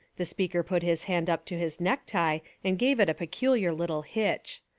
the speaker put his hand up to his necktie and gave it a peculiar little hitch.